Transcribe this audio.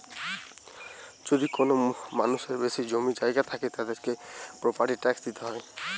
যদি কোনো মানুষের বেশি জমি জায়গা থাকে, তাদেরকে প্রপার্টি ট্যাক্স দিইতে হয়